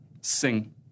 sing